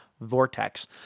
vortex